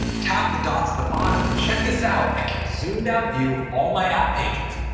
tap the dots at the bottom, and check this out, i get a zoomed-out view of all my app pages.